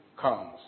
comes